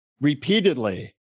repeatedly